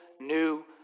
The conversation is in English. new